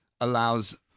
allows